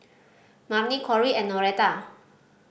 Marni Corrie and Noreta